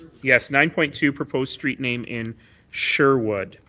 yes, nine point two proposed street name in sherwood.